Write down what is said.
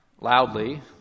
loudly